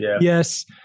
Yes